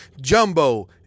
Jumbo